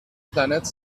planet